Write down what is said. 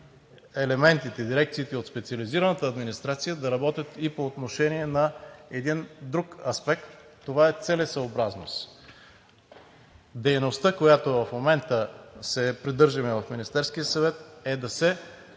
елементите, дирекциите от специализираната администрация да работят и по отношение на един друг аспект – това е целесъобразност. Дейността, към която в момента се придържаме към Министерския съвет, е да се